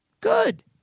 Good